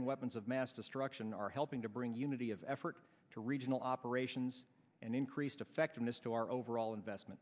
weapons of mass destruction are helping to bring unity of effort to regional operations and increased effectiveness to our overall investment